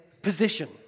Position